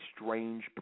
strange